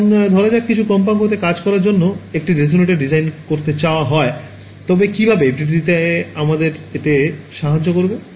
এখন ধরা যাক কিছু কম্পাঙ্ক তে কাজ করার জন্য একটি রেজোনেটর ডিজাইন করতে চাওয়া হয় তবে কীভাবে FDTD আমাদের এতে সহায়তা করবে